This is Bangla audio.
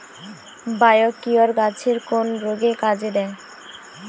বায়োকিওর গাছের কোন রোগে কাজেদেয়?